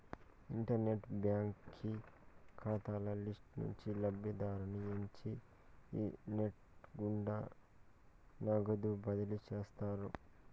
internet బాంకీ కాతాల list నుంచి లబ్ధిదారుని ఎంచి ఈ నెస్ట్ గుండా నగదు బదిలీ చేస్తారు